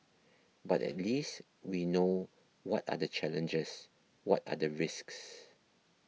but at least we know what are the challenges what are the risks